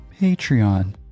Patreon